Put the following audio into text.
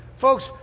Folks